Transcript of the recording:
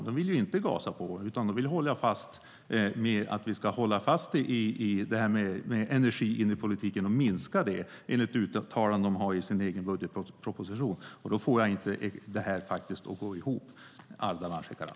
Man vill inte gasa på utan att vi ska hålla fast eller till och med minska energin i politiken, enligt vad man säger i sin egen budgetproposition. Jag får inte detta att gå ihop, Ardalan Shekarabi!